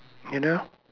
you know